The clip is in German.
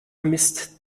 mist